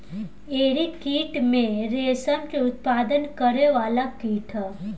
एरी कीट भी रेशम के उत्पादन करे वाला कीट ह